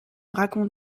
raconte